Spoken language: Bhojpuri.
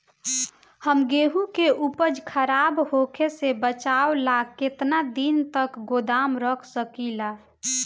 हम गेहूं के उपज खराब होखे से बचाव ला केतना दिन तक गोदाम रख सकी ला?